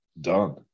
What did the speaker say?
done